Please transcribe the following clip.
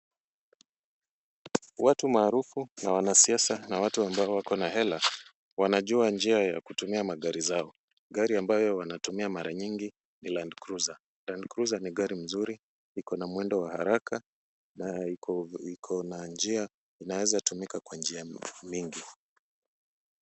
Watu maarufu na wanasiasa na watu ambao wako na hela wanajua njia ya kutumia magari zao. Gari ambayo wanatumia mara nyingi ni Land cruiser. Land cruiser ni gari mzuri, iko na mwendo wa haraka na iko na njia inaweza tumika kwa njia mingi.